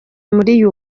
muri